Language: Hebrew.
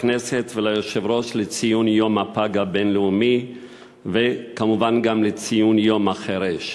לכנסת וליושב-ראש לציון יום הפג הבין-לאומי וכמובן לציון יום החירש.